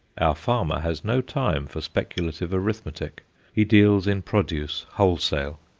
our farmer has no time for speculative arithmetic he deals in produce wholesale.